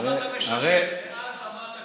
למה אתה משקר מעל במת הכנסת?